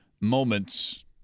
moments